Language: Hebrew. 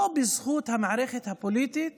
לא בזכות המערכת הפוליטית